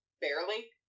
Barely